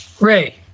Ray